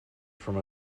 from